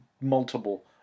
multiple